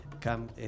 come